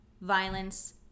Violence